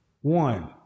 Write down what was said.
one